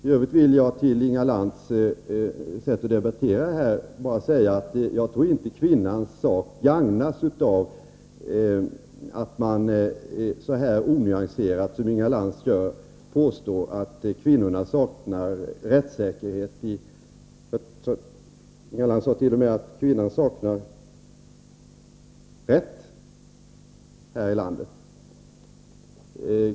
I övrigt vill jag när det gäller Inga Lantz sätt att debattera bara säga att jag inte tror att kvinnans sak gagnas av att man så här onyanserat som Inga Lantz gör påstår att kvinnorna saknar rättssäkerhet. Inga Lantz sade t.o.m. att kvinnan saknar rätt här i landet.